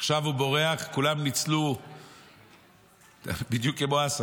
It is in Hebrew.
עכשיו הוא בורח, בדיוק כמו אסד,